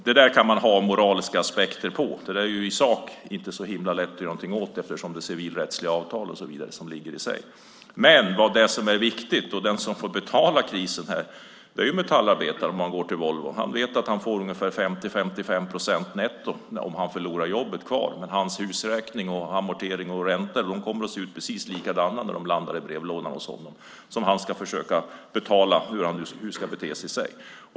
Det där kan man ha moraliska aspekter på, men det är i sak inte så himla lätt att göra någonting åt eftersom det är civilrättsliga avtal. Det som är viktigt är att se den som får betala krisen, metallarbetaren. Han vet att han får ungefär 50-55 procent netto kvar om han förlorar jobbet. Hans räkningar för hus, amortering och ränta kommer att se precis likadana ut när de landar i brevlådan hos honom. Dem ska han försöka betala - hur han nu ska bete sig.